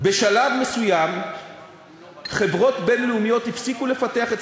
בשלב מסוים חברות בין-לאומיות הפסיקו לפתח את